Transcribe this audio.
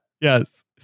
Yes